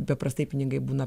paprastai pinigai būna